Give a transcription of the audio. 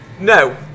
No